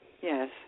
Yes